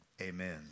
Amen